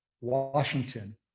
Washington